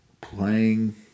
playing